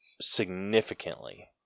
significantly